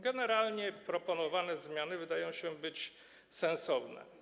Generalnie proponowane zmiany wydają się sensowne.